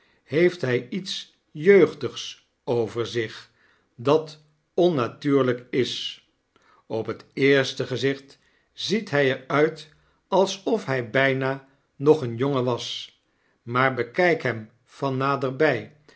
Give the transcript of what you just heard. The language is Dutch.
heeft hy iets jeugdigs over zich dat onnatuurlijk is op het eerste gezicht ziet hy er uit alsof hy byna nog een jongen was maar bekyk hem van naderby